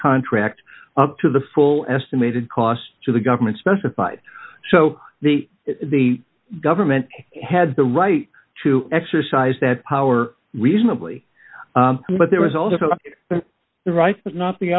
contract up to the full estimated cost to the government specified so the the government had the right to exercise that power reasonably but there was also the right not the